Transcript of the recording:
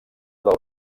del